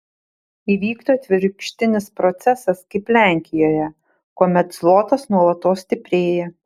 įvyktų atvirkštinis procesas kaip lenkijoje kuomet zlotas nuolatos stiprėja